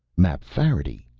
mapfarity!